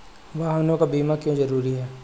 वाहनों का बीमा क्यो जरूरी है?